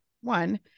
one